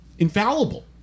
infallible